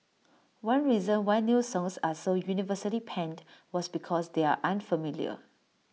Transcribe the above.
one reason why new songs are so universally panned was because they are unfamiliar